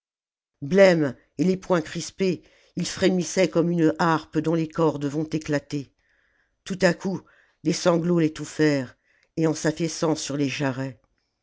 blême et les poings crispés il frémissait comme une harpe dont les cordes vont éclater tout à coup des sanglots l'étoufiferent et en s'affaissant sur les jarrets